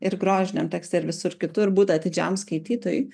ir grožiniam teskte ir visur kitur būt atidžiam skaitytojui